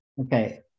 Okay